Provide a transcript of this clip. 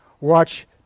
watch